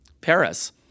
Paris